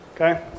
Okay